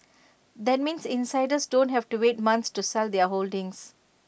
that means insiders don't have to wait months to sell their holdings